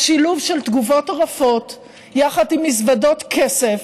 השילוב של תגובות רפות יחד עם מזוודות כסף,